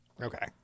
okay